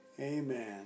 Amen